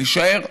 נישאר,